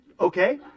okay